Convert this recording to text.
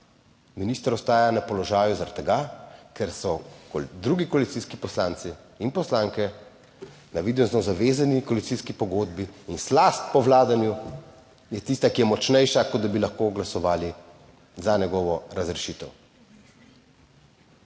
Minister ostaja na položaju zaradi tega, ker so drugi koalicijski poslanci in poslanke navidezno zavezani koalicijski pogodbi. In slast po vladanju je tista, ki je močnejša kot da bi lahko glasovali za njegovo razrešitev.